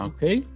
Okay